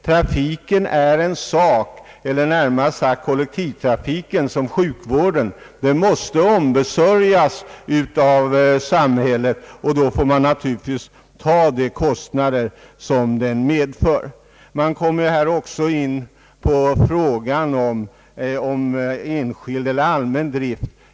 Kollektivtrafiken måste, liksom sjukvården, ombesörjas av samhället, och då får man naturligtvis ta de kostnader som verksamheten medför. Man kommer här också in på frågan om enskild eller allmän drift.